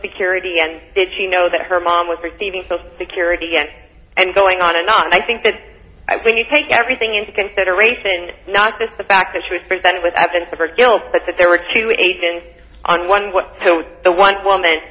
security and did she know that her mom was receiving social security and and going on and on and i think that when you take everything into consideration not just the fact that she was presented with evidence of her skills but that there were two agents on one what to the one woman